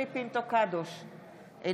ואז יקבלו שבעה וייכנסו.